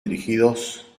dirigidos